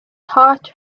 heart